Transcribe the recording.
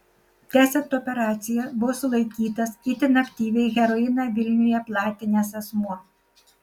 tęsiant operaciją buvo sulaikytas itin aktyviai heroiną vilniuje platinęs asmuo